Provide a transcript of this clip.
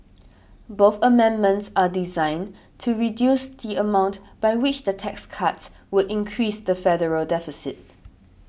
both amendments are designed to reduce the amount by which the tax cuts would increase the federal deficit